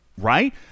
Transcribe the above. Right